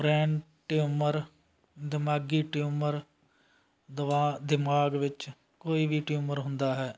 brain tumour ਦਿਮਾਗ਼ੀ tumour ਦਿਮਾਗ਼ ਵਿੱਚ ਕੋਈ ਵੀ ਟਿਊਮਰ ਹੁੰਦਾ ਹੈ